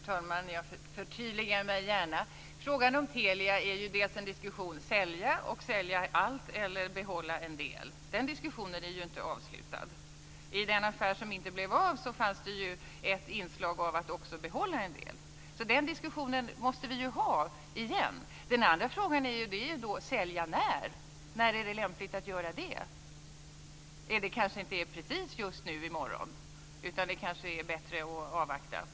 Fru talman! Jag förtydligar mig gärna. Frågan om Telia är en diskussion dels om att sälja, dels om att sälja allt eller behålla en del. Den diskussionen är inte avslutad. I den affär som inte blev av fanns det ju ett inslag av att också behålla en del. Den diskussionen måste vi ha igen. Den andra frågan är när vi ska sälja. När är det lämpligt att göra det? Det kanske inte är precis just nu eller i morgon, utan det kanske är bättre att avvakta.